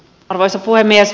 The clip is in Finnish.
arvoisa puhemies